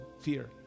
fear